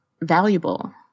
valuable